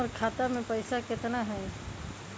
हमर खाता मे पैसा केतना है?